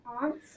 aunts